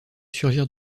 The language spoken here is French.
surgir